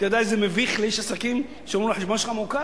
אתה יודע כמה מביך זה לאיש עסקים שאומרים לו שהחשבון שלו מעוקל?